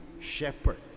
shepherd